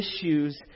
issues